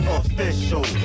official